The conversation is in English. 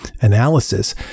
analysis